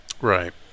Right